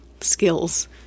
skills